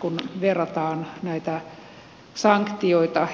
kun verrataan näitä sanktioita